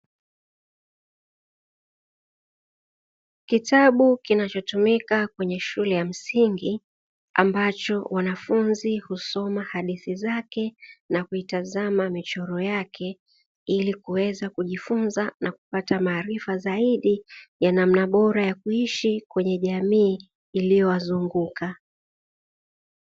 Kitabu kinachotumika shule ya msingi, ambacho wanafunzi husoma hadithi zake na kuitazama michoro yake, ili kujifunza na kupata maarifa zaidi namna bora ya kuishi kwenye jamii iliowazunguka.